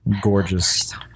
gorgeous